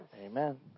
Amen